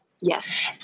Yes